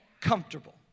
comfortable